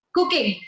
Cooking